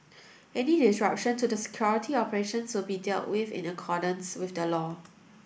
any disruption to the security operations will be dealt with in accordance with the law